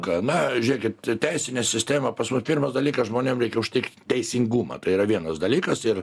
ką na žiūrėkit teisinė sistema pas mus pirmas dalykas žmonėm reikia užtikrint teisingumą tai yra vienas dalykas ir